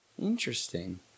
Interesting